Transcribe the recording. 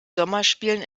sommerspielen